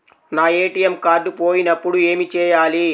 నా ATM card పోయినప్పుడు ఏమి చేయాలి?